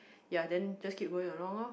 ya then just keep going along lor